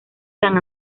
san